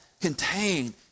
contained